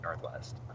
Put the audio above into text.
northwest